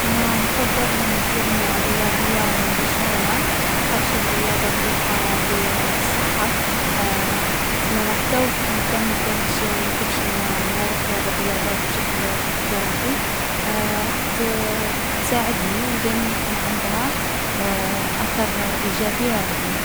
أنا نخيّر نكون موسيقار معروف خير من سبورتيف مشهور لاخاطش نبغي الفن و الموسيقى. و من نكون موسيقار، نولي نقدر نعبّر على مشاعري من خلال الـ الموسيقى لي نديرها.